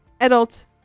adult